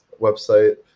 website